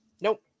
Nope